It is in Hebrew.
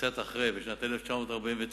קצת אחרי, בשנת 1949,